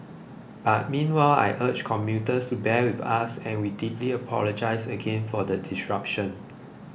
but meanwhile I urge commuters to bear with us and we deeply apologise again for the disruption